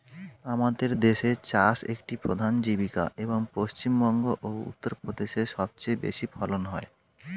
আমাদের দেশে চাষ একটি প্রধান জীবিকা, এবং পশ্চিমবঙ্গ ও উত্তরপ্রদেশে সবচেয়ে বেশি ফলন হয়